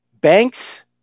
Banks